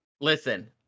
Listen